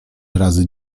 razy